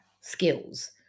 skills